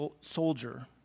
soldier